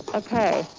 okay,